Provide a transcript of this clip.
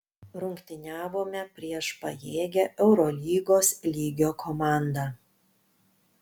rungtyniavome prieš pajėgią eurolygos lygio komandą